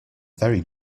very